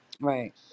right